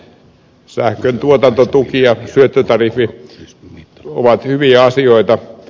siinä sähköntuotantotuki ja syöttötariffi ovat hyviä asioita